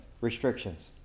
restrictions